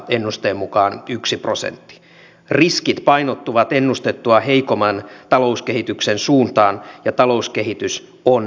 ennusteen mukaan yksi prosentti riskit painottuvat ennustettua heikomman talouskehityksen suuntaan ja talouskehitys on